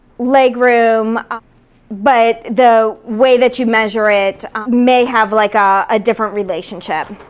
legroom but the way that you measure it may have like ah a different relationship.